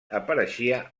apareixia